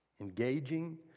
Engaging